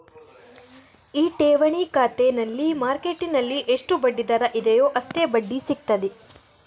ಈ ಠೇವಣಿ ಖಾತೆನಲ್ಲಿ ಮಾರ್ಕೆಟ್ಟಿನಲ್ಲಿ ಎಷ್ಟು ಬಡ್ಡಿ ದರ ಇದೆಯೋ ಅಷ್ಟೇ ಬಡ್ಡಿ ಸಿಗ್ತದೆ